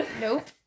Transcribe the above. Nope